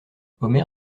omer